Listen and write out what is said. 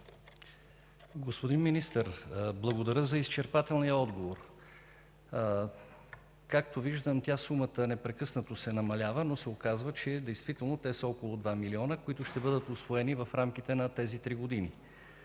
Господин Министър, благодаря за изчерпателния отговор. Както виждам, сумата непрекъснато се намалява, но се оказва, че действително сумата е от 2 милиона, които ще бъдат усвоени в рамките на 3 години.